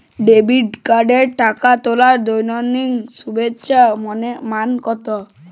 Debit কার্ডে টাকা তোলার দৈনিক সর্বোচ্চ মান কতো?